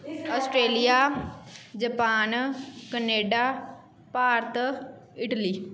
Australia Japan Canada Bharat Italy